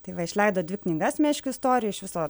tai va išleido dvi knygas meškių istorijų iš viso